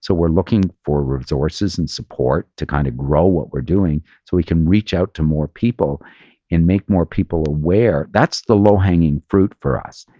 so we're looking for resources and support to kind of grow what we're doing so we can reach out to more people and make more people aware. that's the low hanging fruit for us,